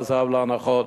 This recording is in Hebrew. עזב לאנחות.